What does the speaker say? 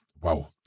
Wow